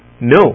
no